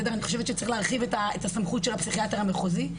אני חושבת שצריך להרחיב את הסמכות של הפסיכיאטר המחוזי.